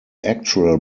actual